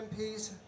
MPs